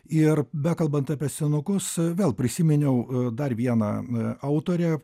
ir bekalbant apie senukus vėl prisiminiau dar vieną autorę